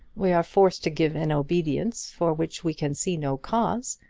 we are forced to give an obedience for which we can see no cause,